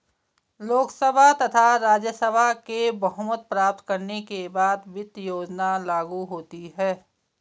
लोकसभा तथा राज्यसभा में बहुमत प्राप्त करने के बाद वित्त योजना लागू होती है